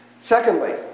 Secondly